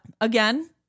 again